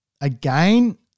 Again